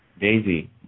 Daisy